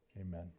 Amen